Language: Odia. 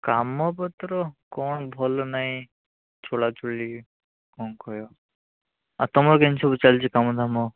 କାମ ପତ୍ର କଣ ଭଲ ନାହିଁ ଛୁଲା ଛୁଳି କଣ କହିବା ଆଉ ତମର ସବୁ କେମିତି ଚାଲିଛି କାମ ଦାମ